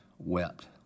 wept